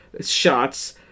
shots